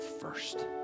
first